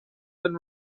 been